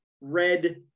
red